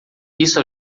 isso